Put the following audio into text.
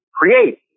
create